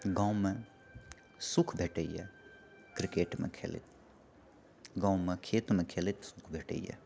गाँवमे सुख भेटैए क्रिकेटमे खेलैत गाँवमे खेतमे खेलैत सुख भेटैए